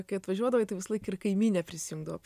kai atvažiuodavai tai visąlaik ir kaimynė prisijungdavo